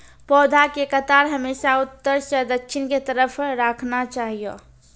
पौधा के कतार हमेशा उत्तर सं दक्षिण के तरफ राखना चाहियो